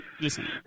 Listen